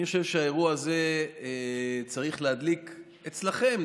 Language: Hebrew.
אני חושב שהאירוע הזה צריך להדליק אצלכם,